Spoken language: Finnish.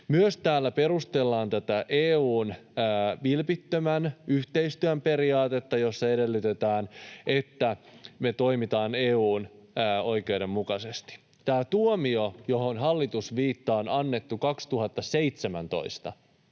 myös perustellaan tätä EU:n vilpittömän yhteistyön periaatetta, jossa edellytetään, että me toimitaan EU:n oikeuden mukaisesti. Tämä tuomio, johon hallitus viittaa, on annettu 2017